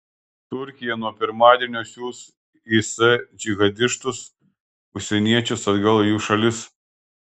turkija nuo pirmadienio siųs is džihadistus užsieniečius atgal į jų šalis